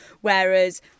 whereas